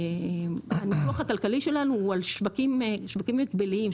הניתוח הכלכלי שלנו הוא על שווקים הגבליים,